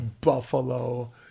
Buffalo